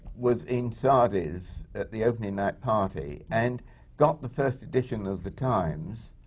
was in sardi's at the opening night party and got the first edition of the times,